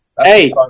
Hey